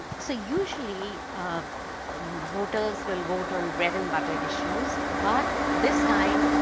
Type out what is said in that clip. so usually, um um voters will vote on bread and butter issues, but this time,